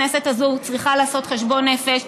הכנסת הזאת צריכה לעשות חשבון נפש.